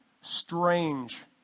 strange